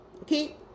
Okay